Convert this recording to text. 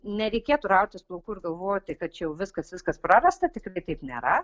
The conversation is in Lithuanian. nereikėtų rautis plaukų ir galvoti kad čia jau viskas viskas prarasta tikrai taip nėra